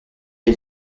les